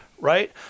right